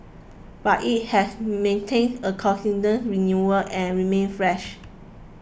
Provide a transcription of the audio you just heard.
but it has maintained a consistent renewal and remained fresh